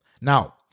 Now